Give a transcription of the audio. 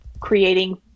creating